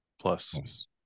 plus